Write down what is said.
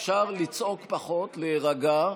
אפשר לצעוק פחות, להירגע.